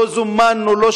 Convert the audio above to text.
עכשיו,